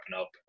up